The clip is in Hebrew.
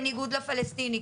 בניגוד לפלסטיני.